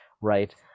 right